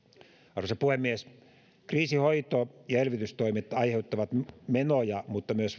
arvoisa puhemies kriisinhoito ja elvytystoimet aiheuttavat menoja mutta myös